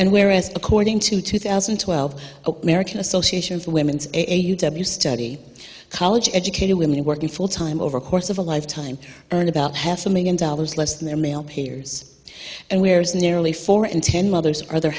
and whereas according to two thousand and twelve american association of women's study college educated women working full time over a course of a lifetime earn about half a million dollars less than their male peers and where is nearly four in ten mothers or their